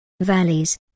valleys